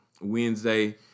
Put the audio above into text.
Wednesday